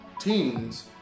teens